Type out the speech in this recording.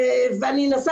ואני אנסה